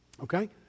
Okay